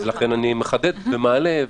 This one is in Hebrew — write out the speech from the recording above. לכן אני מחדד ומעלה,